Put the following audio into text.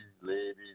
Ladies